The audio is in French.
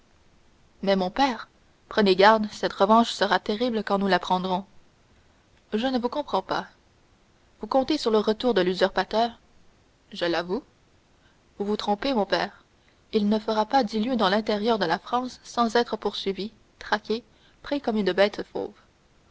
mais mon père prenez garde cette revanche sera terrible quand nous la prendrons je ne vous comprends pas vous comptez sur le retour de l'usurpateur je l'avoue vous vous trompez mon père il ne fera pas dix lieues dans l'intérieur de la france sans être poursuivi traqué pris comme une bête fauve